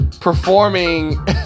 performing